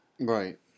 right